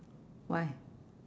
why